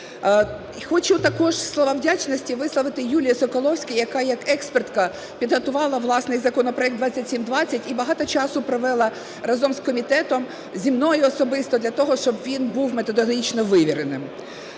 Хочу також слова вдячності висловити Юлії Соколовській, яка як експертка підготувала власний законопроект 2720 і багато часу провела разом з комітетом, зі мною особисто для того, щоби він був методологічно вивіреним.